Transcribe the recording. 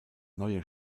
neue